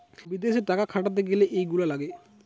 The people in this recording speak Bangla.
বিদেশে টাকা খাটাতে গ্যালে এইগুলা লাগে